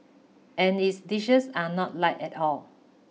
and its dishes are not light at all